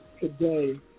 today